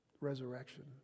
resurrection